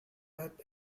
earth